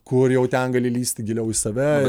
kur jau ten gali lįsti giliau į save